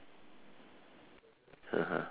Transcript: (uh huh)